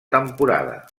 temporada